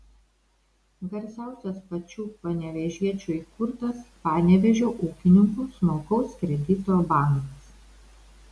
garsiausias pačių panevėžiečių įkurtas panevėžio ūkininkų smulkaus kredito bankas